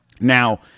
now